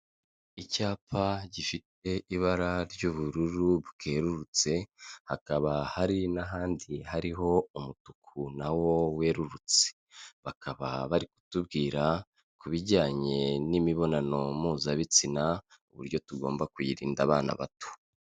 Icyapa gifite ibara ry'ubururu bwerurutse hakaba hari n'ahandi hariho umutuku na wo werurutse. Bakaba bari kutubwira ku bijyanye n'imibonano mpuzabitsina uburyo tugomba kuyirinda abana bato.